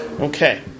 Okay